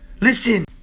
Listen